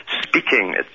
speaking